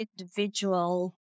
individual